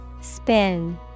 Spin